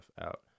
out